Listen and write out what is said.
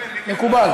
מקובל.